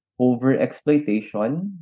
overexploitation